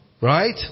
Right